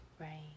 Right